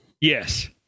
Yes